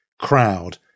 crowd